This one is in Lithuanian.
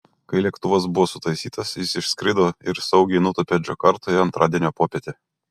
kai lėktuvas buvo sutaisytas jis išskrido ir saugiai nutūpė džakartoje antradienio popietę